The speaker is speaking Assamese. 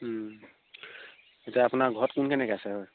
এতিয়া আপোনাৰ ঘৰত কোন কেনেকৈ আছে হয়